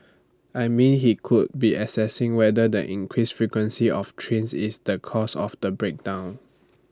I mean he could be assessing whether than increased frequency of trains is the cause of the break down